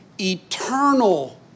eternal